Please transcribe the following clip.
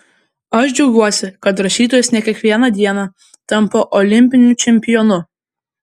aš džiaugiuosi kad rašytojas ne kiekvieną dieną tampa olimpiniu čempionu